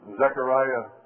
Zechariah